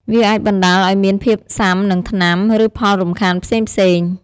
វាអាចបណ្ដាលឱ្យមានភាពស៊ាំនឹងថ្នាំ ឬផលរំខានផ្សេងៗ។